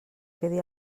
quedi